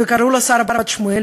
וקראו לה שרה בת שמואל,